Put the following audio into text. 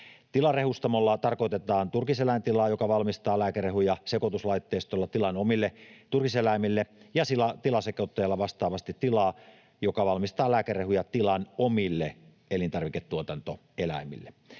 Tilarehustamolla tarkoitetaan turkiseläintilaa, joka valmistaa lääkerehuja sekoituslaitteistolla tilan omille turkiseläimille, ja tilasekoittajalla vastaavasti tilaa, joka valmistaa lääkerehua tilan omille elintarviketuotantoeläimille.